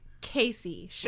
casey